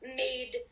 made